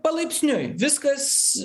palaipsniui viskas